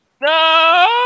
No